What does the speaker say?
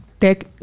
Tech